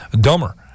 dumber